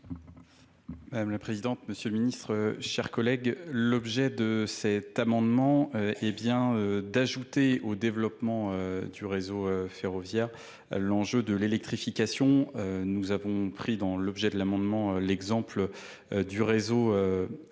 madame la présidente monsieur l'objet de cet amendement est bien d'ajouter au développement du réseau ferroviaire l'enjeu de l'électrification nous avons pris dans l'objet de l'amendement L'exemple du réseau.